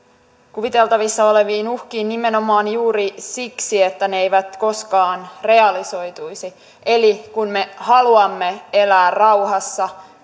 kuviteltavissa oleviin uhkiin nimenomaan juuri siksi että ne eivät koskaan realisoituisi eli kun me haluamme elää rauhassa